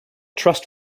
trust